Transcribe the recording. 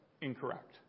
incorrect